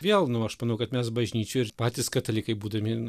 vėl nu aš manau kad mes bažnyčioj ir patys katalikai būdami